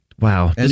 Wow